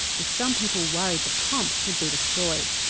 with some people worried the pump would be destroyed.